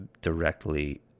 directly